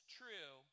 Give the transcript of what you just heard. true